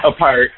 Apart